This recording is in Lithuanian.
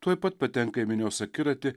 tuoj pat patenka į minios akiratį